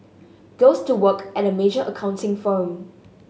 goes to work at a major accounting firm